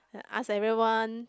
like ask everyone